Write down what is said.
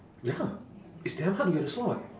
ya it's damn hard to get a slot